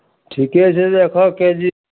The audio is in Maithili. ठीके छै तऽ एकहक के जी